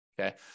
Okay